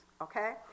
okay